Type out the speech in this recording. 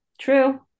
True